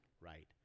right